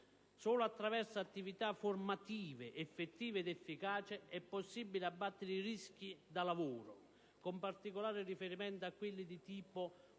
Solo attraverso attività formative effettive ed efficaci è possibile abbattere i rischi da lavoro, con particolare riferimento a quelli di tipo